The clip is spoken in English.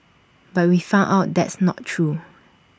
but we found out that's not true